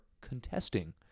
contesting